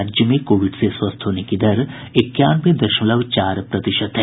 राज्य में कोविड से स्वस्थ होने की दर इक्यानवे दशमलव चार प्रतिशत है